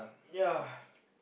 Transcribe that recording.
ya